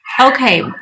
Okay